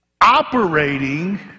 operating